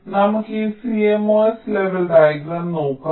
അതിനാൽ നമുക്ക് ഈ CMOS ലെവൽ ഡയഗ്രം നോക്കാം